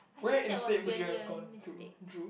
where instead would you have gone to Drew